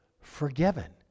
forgiven